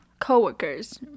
co-workers